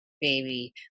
baby